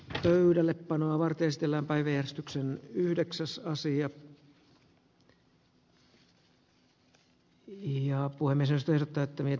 he pöydälle panoa varten stellan päivystyksen suhdanne ja uimisesta täyttyneet